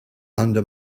under